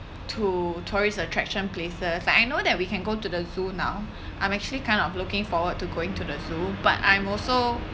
to tourist attraction places like I know that we can go to the zoo now I'm actually kind of looking forward to going to the zoo but I'm also